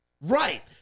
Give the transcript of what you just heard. Right